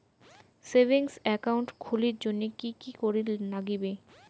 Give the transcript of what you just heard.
Savings account খুলির জন্যে কি কি করির নাগিবে?